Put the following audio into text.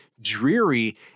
dreary